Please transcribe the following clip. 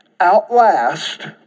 outlast